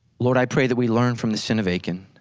lord i pray that we learned from the sin of achan.